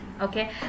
Okay